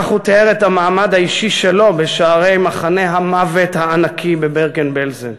כך הוא תיאר את המעמד האישי שלו בשערי מחנה המוות הענקי בברגן-בלזן.